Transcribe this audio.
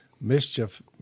Mischief